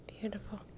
Beautiful